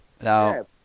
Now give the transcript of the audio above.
Now